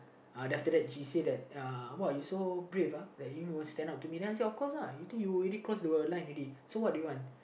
uh after that he say that uh you so brave uh that you really want to stand up to me then I say of cause uh you think already close to the line already so what do you want